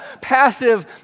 passive